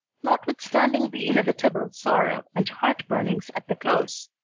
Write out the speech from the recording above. notwithstanding the inevitable sorrow and heart burnings at the close.